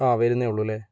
ആ വരുന്നതേ ഉള്ളു അല്ലെ